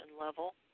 level